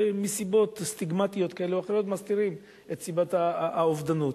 שמסיבות סטיגמטיות כאלה ואחרות מסתירים את סיבת האובדנות.